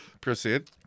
Proceed